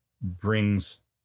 brings